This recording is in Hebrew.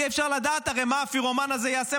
הרי אי-אפשר לדעת מה הפירומן הזה יעשה.